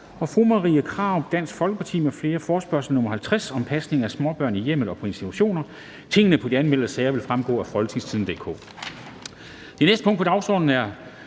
Det næste punkt på dagsordenen er: